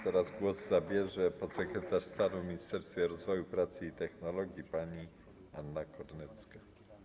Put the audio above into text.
Teraz głos zabierze podsekretarz stanu w Ministerstwie Rozwoju, Pracy i Technologii pani Anna Kornecka.